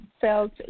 felt